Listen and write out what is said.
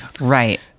Right